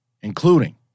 including